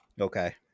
okay